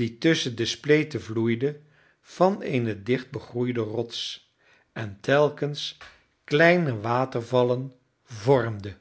die tusschen de spleten vloeide van eene dichtbegroeide rots en telkens kleine watervallen vormde